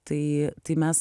tai tai mes